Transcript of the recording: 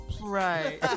right